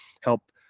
help